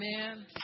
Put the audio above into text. Amen